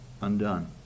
undone